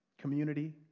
community